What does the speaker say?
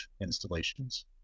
installations